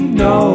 no